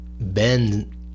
Ben